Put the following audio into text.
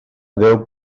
deu